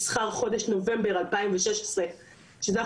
שזה החודש הראשון שבו חלה חובת ההפקדה לפי התקנות.